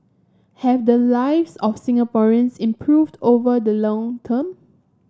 have the lives of Singaporeans improved over the long term